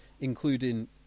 including